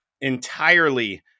entirely